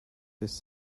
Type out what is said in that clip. this